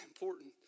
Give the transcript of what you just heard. important